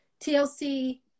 TLC